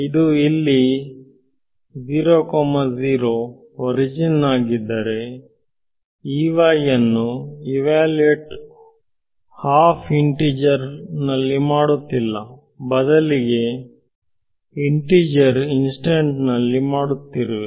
ಇದು ಇಲ್ಲಿ 00 ಒರಿಜಿನ್ ಆಗಿದ್ದರೆ ಅನ್ನು ಇವ್ಯಾಲ್ಯುವೆಟ್ ಹಾಫ್ ಇಂತಿಜಾರ್ ನಲ್ಲಿ ಮಾಡುತ್ತಿಲ್ಲ ಬದಲಿಗೆ ಇಂತಿಜಾರ್ ಇನ್ಸ್ತನ್ಸ್ ನಲ್ಲಿ ಮಾಡುತ್ತಿರುವೆ